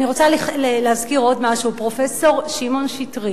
אני רוצה להזכיר עוד משהו: פרופסור שמעון שטרית,